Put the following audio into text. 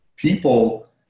people